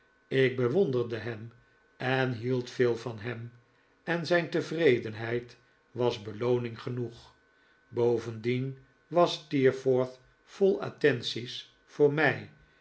ik bewonderde hem en hield veel van hem en zijn tevredenheid was belooning genoeg bovendien was steerforth vol attenties voor mij